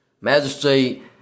Magistrate